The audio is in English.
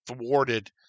thwarted